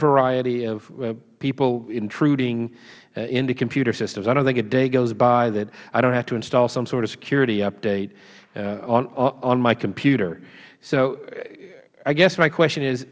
variety of people intruding into computer systems i don't think a day goes by that i don't have to install some sort of security update on my computer i guess my question is